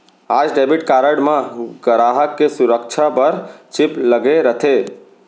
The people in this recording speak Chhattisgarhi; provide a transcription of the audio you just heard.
आज डेबिट कारड म गराहक के सुरक्छा बर चिप लगे रथे